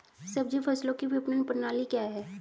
सब्जी फसलों की विपणन प्रणाली क्या है?